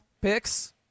picks